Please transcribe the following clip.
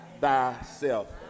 thyself